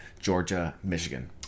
Georgia-Michigan